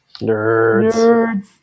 Nerds